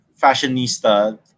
fashionista